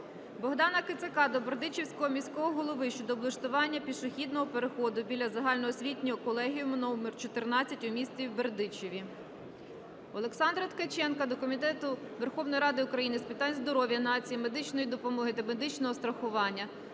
Богдана Кицака до Бердичівського міського голови щодо облаштування пішохідного переходу біля загальноосвітнього колегіуму №14 у місті Бердичіві. Олександра Ткаченка до Комітету Верховної Ради України з питань здоров'я нації, медичної допомоги та медичного страхування,